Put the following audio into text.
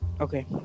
Okay